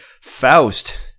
faust